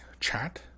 chat